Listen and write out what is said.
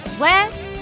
west